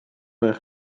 ben